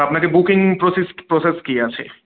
আপনাকে booking process process কী আছে